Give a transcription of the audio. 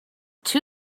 two